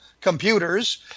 computers